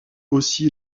aussi